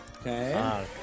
Okay